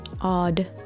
Odd